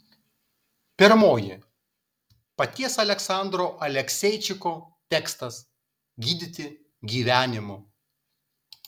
pirmoji paties aleksandro alekseičiko tekstas gydyti gyvenimu